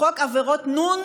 "חוק עבירות נ'"?